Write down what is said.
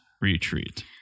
retreat